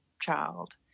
child